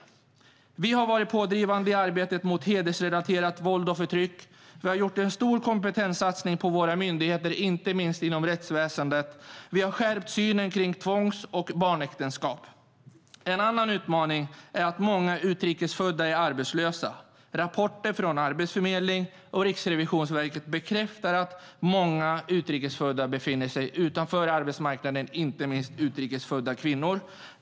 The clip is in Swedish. Folkpartiet har varit pådrivande i arbetet mot hedersrelaterat våld och förtryck, och vi har gjort en stor kompetenssatsning på våra myndigheter, inte minst inom rättsväsendet. Vi har skärpt synen på tvångs och barnäktenskap. En annan utmaning är att många utrikes födda är arbetslösa. Rapporter från Arbetsförmedlingen och Riksrevisionen bekräftar detta. Många utrikes födda befinner sig utanför arbetsmarknaden, inte minst utrikes födda kvinnor.